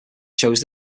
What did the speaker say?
choose